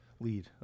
lead